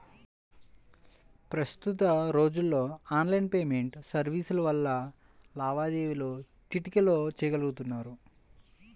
ప్రస్తుత రోజుల్లో online payment సర్వీసుల వల్ల లావాదేవీలు చిటికెలో చెయ్యగలుతున్నారు